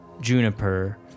Juniper